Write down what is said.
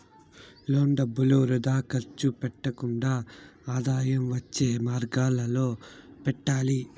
loan డబ్బులు వృథా ఖర్చు పెట్టకుండా ఆదాయం వచ్చే మార్గాలలో పెట్టాలి